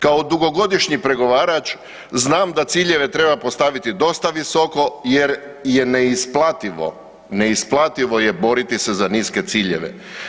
Kao dugogodišnji pregovarač, znam da ciljeve treba postaviti dosta visoko jer je neisplativo, neisplativo je boriti se na niske ciljeve.